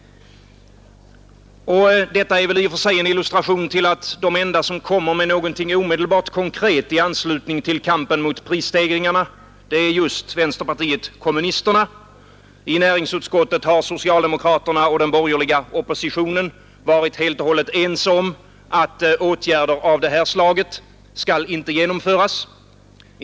Detta är väl i och för sig en illustration till att de enda som kommer med något omedelbart konkret i anslutning till kampen mot prisstegringarna är just vänsterpartiet kommunisterna. I näringsutskottet har socialdemokraterna och den borgerliga oppositionen varit helt och hållet ense om att åtgärder av det här slaget inte skall genomföras.